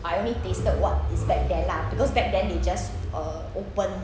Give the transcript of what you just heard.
I only tasted what is back there lah because back then they just uh open